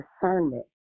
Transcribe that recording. discernment